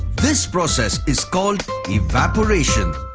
this process is called evaporation.